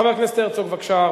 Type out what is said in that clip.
חבר הכנסת יצחק הרצוג, בבקשה.